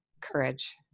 courage